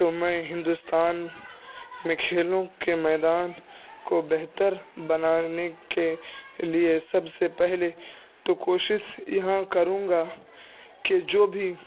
تو میں ہندوستان میں کھیلوں کے میدان کو بہتر بنانے کے لیے سب سے پہلے تو کوشس یہاں کروں گا کہ جو بھی